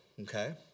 okay